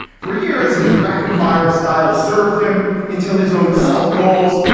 for years, his rapid fire style served him until his own self goals,